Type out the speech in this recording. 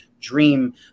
Dream